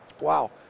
Wow